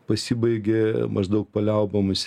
pasibaigė maždaug paliaubomis